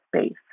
space